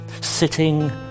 sitting